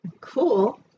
Cool